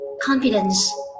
confidence